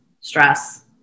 stress